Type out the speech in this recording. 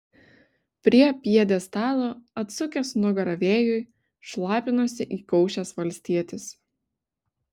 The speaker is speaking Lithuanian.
prie pjedestalo atsukęs nugarą vėjui šlapinosi įkaušęs valstietis